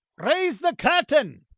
raise the curtain!